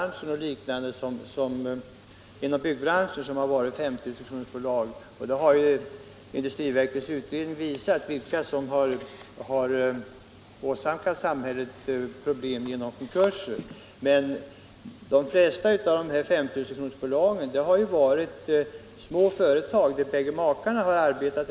Naturligtvis har många företag inom byggbranschen varit 5 000-kronorsbolag, och industriverkets utredning har ju visat vilka som åsamkats problem genom konkurser. Men de flesta av 5 000-kronorsbolagen har varit små företag där båda makarna arbetat.